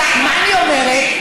מה אני אומרת?